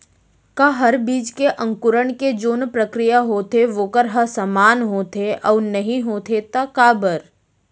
का हर बीज के अंकुरण के जोन प्रक्रिया होथे वोकर ह समान होथे, अऊ नहीं होथे ता काबर?